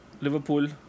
Liverpool